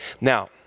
Now